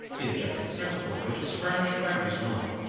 the objective principle of which is furnished by reason alone.